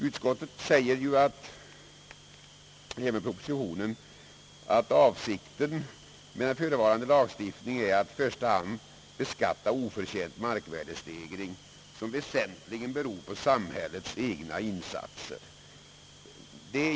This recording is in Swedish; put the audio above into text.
Utskottet säger ju — och det sägs även i propositionen — att avsikten med den förevarande lagstiftningen är att i första hand beskatta oförtjänt markvärdestegring, som väsentligen beror på samhällets egna insatser.